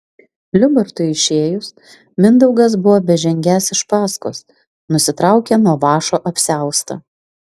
liubartui išėjus mindaugas buvo bežengiąs iš paskos nusitraukė nuo vąšo apsiaustą